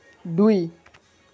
দুই